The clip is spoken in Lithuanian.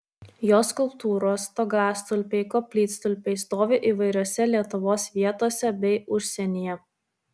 jo skulptūros stogastulpiai koplytstulpiai stovi įvairiose lietuvos vietose bei užsienyje